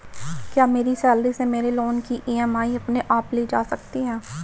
क्या मेरी सैलरी से मेरे लोंन की ई.एम.आई अपने आप ली जा सकती है?